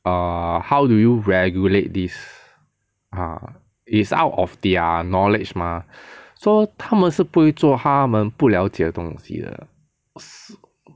err how do you regulate this ah is out of their knowledge mah so 他们是不会做他们不了解的东西的